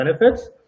benefits